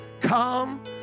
Come